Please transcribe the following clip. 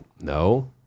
No